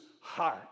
heart